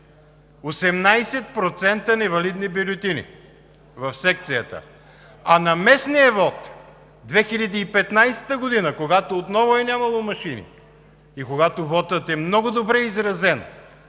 невалидни бюлетини в секцията. А на местния вот 2015 г., когато отново е нямало машини и когато вотът е много добре изразен,